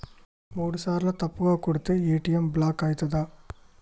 మూడుసార్ల తప్పుగా కొడితే ఏ.టి.ఎమ్ బ్లాక్ ఐతదా?